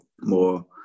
more